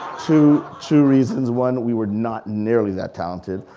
two two reasons, one, we were not nearly that talented.